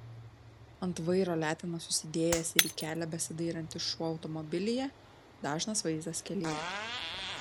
ant vairo letenas susidėjęs ir į kelią besidairantis šuo automobilyje dažnas vaizdas kelyje